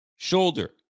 Shoulder